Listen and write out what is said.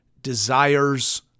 desires